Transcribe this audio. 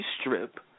strip